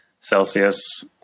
Celsius